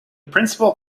provincial